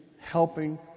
helping